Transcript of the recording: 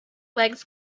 legs